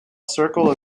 circle